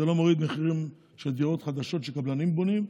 זה לא מוריד מחירים של דירות חדשות שקבלנים בונים,